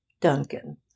Duncan